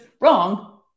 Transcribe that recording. wrong